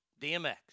DMX